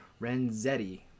Renzetti